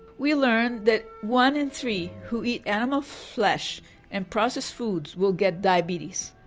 we learn that one in three who eat animal flesh and processed foods will get diabetes.